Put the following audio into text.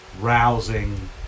rousing